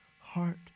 Heart